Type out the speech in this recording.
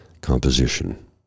composition